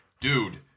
dude